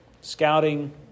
scouting